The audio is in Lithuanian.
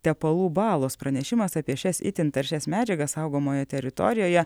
tepalų balos pranešimas apie šias itin taršias medžiagas saugomoje teritorijoje